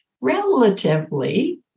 relatively